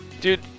Dude